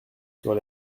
sur